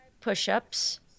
push-ups